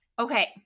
Okay